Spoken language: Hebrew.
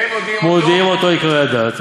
והם מודיעים אותו, מודיעין אותו עיקרי הדת.